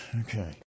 Okay